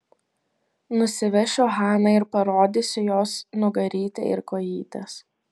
nusivešiu haną ir parodysiu jos nugarytę ir kojytes